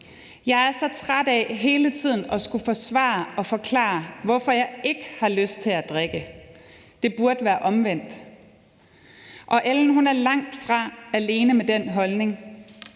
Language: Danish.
»Jeg er så træt af hele tiden at skulle forsvare og forklare, hvorfor jeg ikke har lyst til at drikke. Det burde være omvendt.« Ellen er langt fra alene med den holdning.